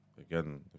again